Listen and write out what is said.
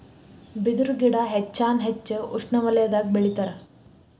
ಬಿದರು ಗಿಡಾ ಹೆಚ್ಚಾನ ಹೆಚ್ಚ ಉಷ್ಣವಲಯದಾಗ ಬೆಳಿತಾರ